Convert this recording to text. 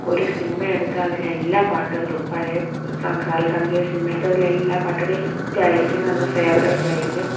ഒരു സിനിമെയെടുത്താൽ അതിലെല്ലാ പാട്ടുകളും പഴയ സം കാലത്താണെങ്കിൽ ഒരു സിനിമ എടുത്താലതിലെല്ലാ പാട്ടുകളും ഹിറ്റായിരിക്കും നമ്മുടെ ഫേവറേയ്റ്റായിരിക്കും